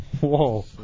Whoa